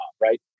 right